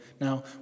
Now